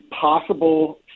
possible